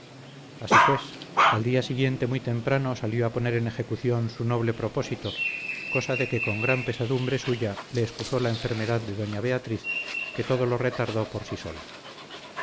así pues al día siguiente muy temprano salió a poner en ejecución su noble propósito cosa de que con gran pesadumbre suya le excusó la enfermedad de doña beatriz que todo lo retardó por sí sola